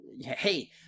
hey